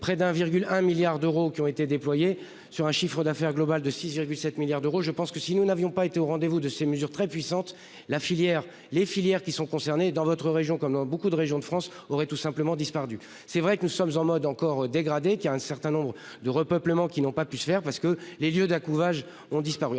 près d'1,1 milliards d'euros qui ont été déployés sur un chiffre d'affaires global de 6,7 milliards d'euros. Je pense que si nous n'avions pas été au rendez vous de ces mesures très puissante. La filière les filières qui sont concernés dans votre région comme dans beaucoup de régions de France aurait tout simplement disparu. C'est vrai que nous sommes en mode encore dégradée qui a un certain nombre de repeuplement qui n'ont pas pu se faire parce que les lieux de la courage ont disparu,